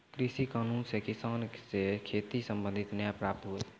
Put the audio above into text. कृषि कानून से किसान से खेती संबंधित न्याय प्राप्त हुवै छै